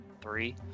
Three